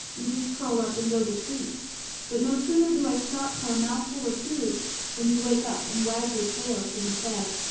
you just curl up and go to sleep but no sooner do i stop for a mouthful of food than you wake up and wag your tail to be fed.